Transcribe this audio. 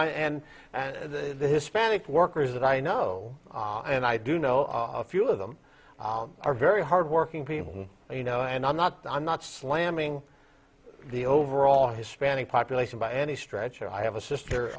now and the hispanic workers that i know and i do know i'll few of them are very hardworking people you know and i'm not i'm not slamming the overall hispanic population by any stretch i have a sister